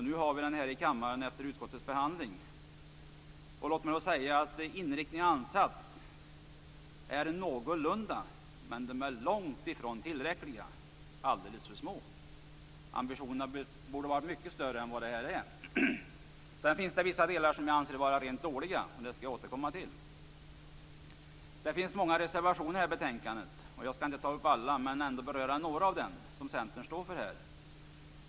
Nu ligger den på kammarens bord efter utskottets behandling. Inriktning och ansats är någorlunda, men de är långt ifrån tillräckliga. Ambitionerna borde ha varit mycket större. Sedan finns det vissa delar som jag anser vara rent dåliga, men dem skall jag återkomma till. Det finns många reservationer till detta betänkande. Jag skall inte ta upp alla men ändå beröra några av dem som Centern står bakom.